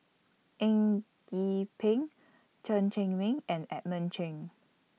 Eng Gee Peng Chen Cheng Mei and Edmund Cheng